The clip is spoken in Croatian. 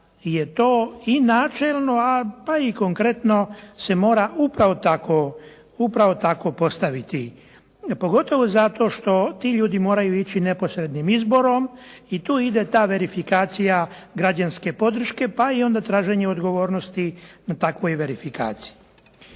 da je to i načelno pa i konkretno se mora upravo tako postaviti. Pogotovo tako što ti ljudi moraju ići neposrednim izborom i tu ide ta verifikacija građanske podrške pa i onda traženje odgovornosti na takvoj verifikaciji.